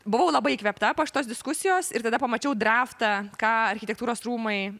buvau labai įkvėpta šitos diskusijos ir tada pamačiau draftą ką architektūros rūmai